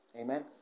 Amen